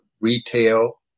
retail